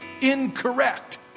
incorrect